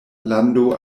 lando